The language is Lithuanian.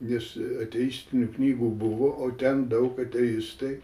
nes ateistinių knygų buvo o ten daug ateistai